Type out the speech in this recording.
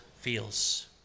feels